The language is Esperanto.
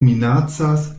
minacas